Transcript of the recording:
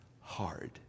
hard